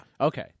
Okay